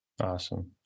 Awesome